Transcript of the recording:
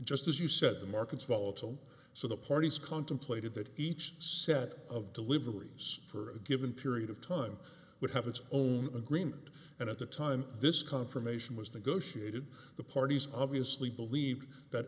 just as you said the market's volatile so the parties contemplated that each set of deliveries for a given period of time would have its own agreement and at the time this confirmation was negotiated the parties obviously believed that